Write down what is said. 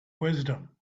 wisdom